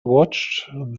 watched